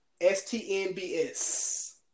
S-T-N-B-S